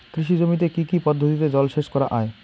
কৃষি জমিতে কি কি পদ্ধতিতে জলসেচ করা য়ায়?